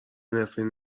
نفرین